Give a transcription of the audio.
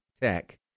tech